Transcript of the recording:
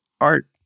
art